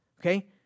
okay